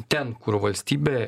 ten kur valstybė